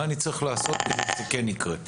מה אני צריך לעשות כדי שזה יקרה?